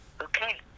Okay